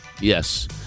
Yes